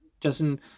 Justin